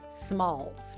Smalls